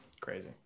Crazy